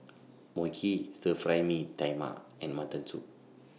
Mui Kee Stir Fry Mee Tai Mak and Mutton Soup